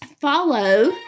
follow